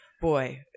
Boy